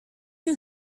you